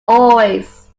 always